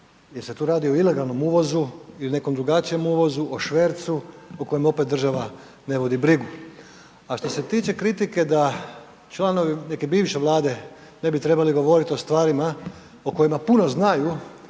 Jel se tu radi o ilegalnom uvozu ili nekom drugačijem uvozu, o švercu o kojem opet država ne vodi brigu. A što se tiče kritike da članovi neke bivše Vlade ne bi trebali govorit o stvarima o kojima puno znaju,